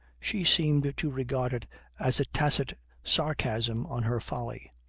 she seemed to regard it as a tacit sarcasm on her folly,